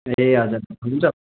ए हजर हुन्छ